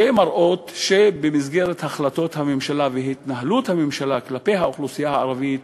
שמראות שבמסגרת החלטות הממשלה והתנהלות הממשלה כלפי האוכלוסייה הערבית,